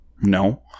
No